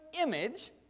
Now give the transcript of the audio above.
image